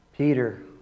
Peter